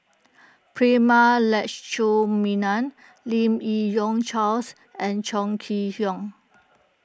Prema Letchumanan Lim Yi Yong Charles and Chong Kee Hiong